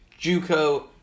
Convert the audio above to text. JUCO